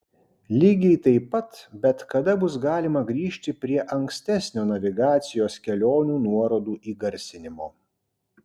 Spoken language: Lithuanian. lygiai taip pat bet kada bus galima grįžti prie ankstesnio navigacijos kelionių nuorodų įgarsinimo